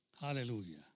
Hallelujah